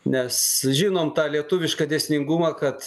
nes žinom tą lietuvišką dėsningumą kad